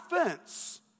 offense